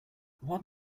what